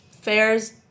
fairs